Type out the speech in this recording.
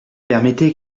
permettez